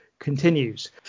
continues